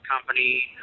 company